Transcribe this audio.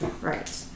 Right